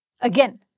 Again